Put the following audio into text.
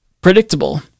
predictable